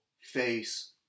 face